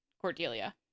Cordelia